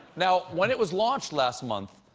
now, when it was launched last month,